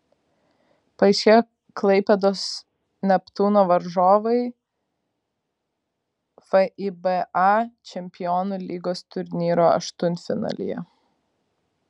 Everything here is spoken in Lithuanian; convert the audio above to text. paaiškėjo klaipėdos neptūno varžovai fiba čempionų lygos turnyro aštuntfinalyje